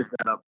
setup